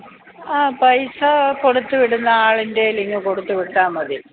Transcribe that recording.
ആ പൈസ കൊടുത്ത് വിടുന്ന ആളിന്റെ കയ്യിൽ കൊടുത്ത് വിട്ടാൽ മതി